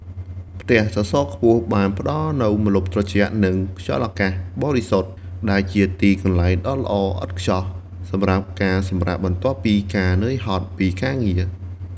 ផ្ទះសសរខ្ពស់បានផ្តល់នូវម្លប់ត្រជាក់ និងខ្យល់អាកាសបរិសុទ្ធ ដែលជាទីកន្លែងដ៏ល្អឥតខ្ចោះសម្រាប់ការសម្រាកបន្ទាប់ពីការនឿយហត់ពីការងារ។